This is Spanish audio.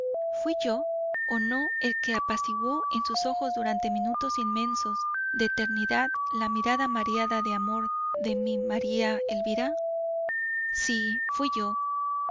fuí yo o no el que apaciguó en sus ojos durante minutos inmensos de eternidad la mirada mareada de amor de mi maría elvira si fuí yo